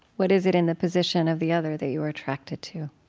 what is it in the position of the other that you are attracted to?